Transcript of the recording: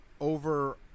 over